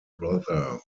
brother